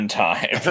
time